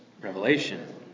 Revelation